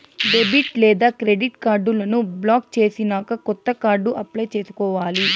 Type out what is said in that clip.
debit లేదా credit కార్డులను block చేసినాక కొత్త కార్డు అప్లై చేసుకోవాలి